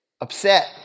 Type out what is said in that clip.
upset